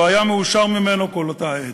לא היה מאושר ממנו כל אותה עת.